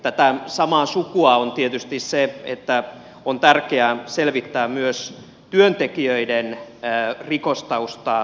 tätä samaa sukua on tietysti se että on tärkeää selvittää myös työntekijöiden rikostaustaa